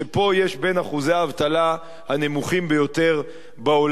יש אחוז אבטלה מהנמוכים ביותר בעולם.